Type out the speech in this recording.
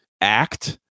act